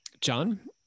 John